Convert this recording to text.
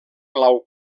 blau